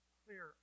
clear